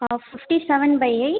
fifty seven by eight